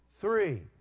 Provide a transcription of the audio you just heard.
three